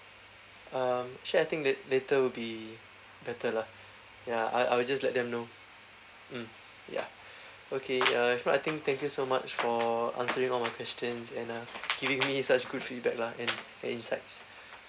um sure I think late later will be better lah ya I'll I'll just let them know mm yeah okay uh I think thank you so much for answering all my questions and uh giving me such good feedback lah and the insights